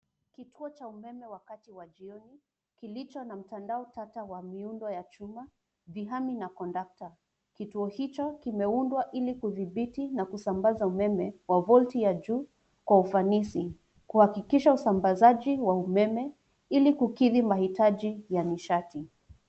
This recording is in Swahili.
Kituo cha umeme wakati wa jioni kilicho na mtandao tata wa miundo ya chuma, vihami na conductor . Kituo hicho kimeundwa ili kudhibiti na kusambaza umeme wa volti ya juu kwa ufanisi, kuhakikisha usambazaji wa umeme ili kukidhi mahitaji ya nishati .